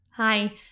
Hi